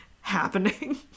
happening